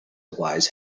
wise